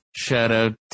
Shout-out